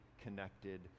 connected